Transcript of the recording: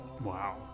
Wow